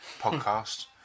podcast